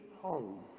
home